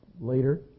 Later